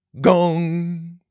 Gong